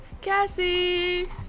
Cassie